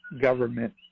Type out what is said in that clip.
government